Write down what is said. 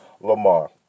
Lamar